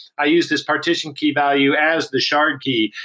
i use this partition key value as the shard key.